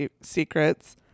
secrets